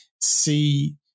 see